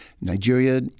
Nigeria